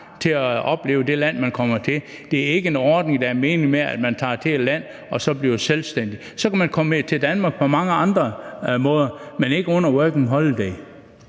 til at opleve det land, man kommer til. Det er ikke en ordning, hvor meningen er, at man tager til et land og bliver selvstændig. Så kan man komme til Danmark på mange andre måder, men ikke under Working Holiday.